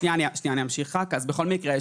בכל מקרה,